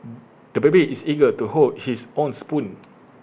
the baby is eager to hold his own spoon